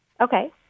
okay